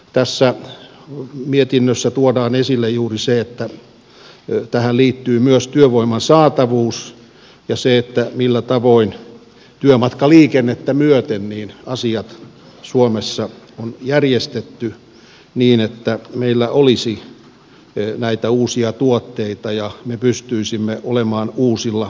tässä mietinnössä tuodaan esille juuri se että tähän liittyy myös työvoiman saatavuus ja se millä tavoin työmatkaliikennettä myöten asiat suomessa on järjestetty niin että meillä olisi näitä uusia tuotteita ja me pystyisimme olemaan uusilla markkinoilla